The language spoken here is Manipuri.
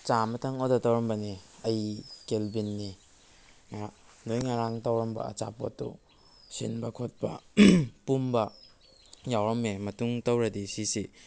ꯆꯥꯝꯃꯇꯪ ꯑꯣꯗ꯭꯭ꯔ ꯇꯧꯔꯝꯕꯅꯦ ꯑꯩ ꯀꯦꯜꯕꯤꯟꯅꯤ ꯅꯣꯏ ꯉꯔꯥꯡ ꯇꯧꯔꯝꯕ ꯑꯆꯥꯄꯣꯠꯇꯨ ꯁꯤꯟꯕ ꯈꯣꯠꯄ ꯄꯨꯝꯕ ꯌꯥꯎꯔꯝꯃꯦ ꯃꯇꯨꯡ ꯇꯧꯔꯗꯤ ꯑꯁꯤꯁꯦ